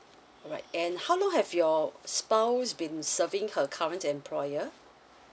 alright and how long have your spouse been serving her current employer